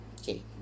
Okay